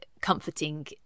comforting